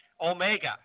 Omega